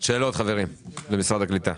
יש שאלות למשרד הקליטה?